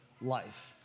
life